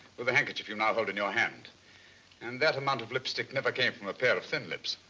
with a handkerchief you now hold in your hand and that amount of lipstick never came from a pair of thin lips.